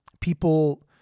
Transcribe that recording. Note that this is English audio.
people